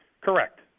Correct